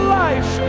life